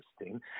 interesting